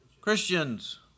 Christians